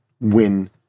win